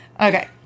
Okay